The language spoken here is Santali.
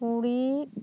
ᱠᱩᱬᱤᱫ